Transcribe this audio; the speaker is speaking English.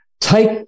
take